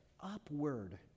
Upward